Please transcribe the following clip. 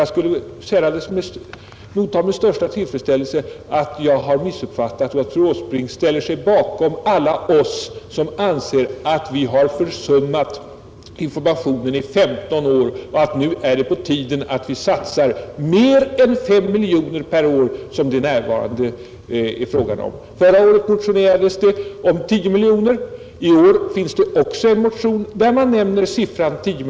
Jag skulle med största tillfredsställelse motta beskedet att jag har missförstått vad hon sade och att fru Åsbrink instämmer med oss som anser att vi har försummat informationen i 15 år och att det nu är på tiden att vi satsar mer än 5 miljoner kronor per år. Förra året motionerades det om 10 miljoner. I år finns det också en motion där beloppet 10 miljoner nämns.